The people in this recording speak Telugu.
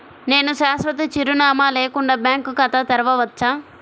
నేను శాశ్వత చిరునామా లేకుండా బ్యాంక్ ఖాతా తెరవచ్చా?